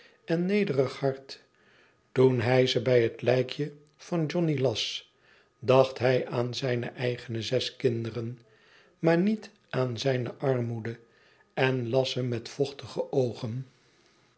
en nederig hart toen hij ze bij het lijkje van johnny las dacht hij aan zijne eigene zes kinderen maar niet aan zijne armoede en las ze met vochtige oogen